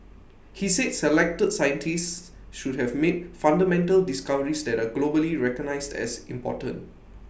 he said selected scientists should have made fundamental discoveries that are globally recognised as important